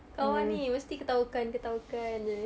kawan ni mesti ketawakan ketawakan eh